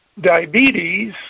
diabetes